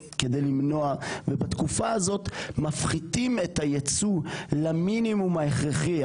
בתקופה הזאת מפחיתים את הייצוא למינימום הכרחי.